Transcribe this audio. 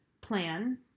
plan